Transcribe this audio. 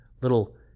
little